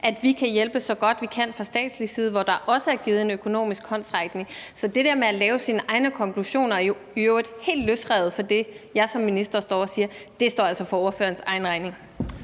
at vi kan hjælpe, så godt vi kan, fra statslig side, og hvor der også er givet en økonomisk håndsrækning. Så det der med at lave sine egne konklusioner – i øvrigt helt løsrevet fra det, jeg som minister står og siger – står altså for spørgerens egen regning.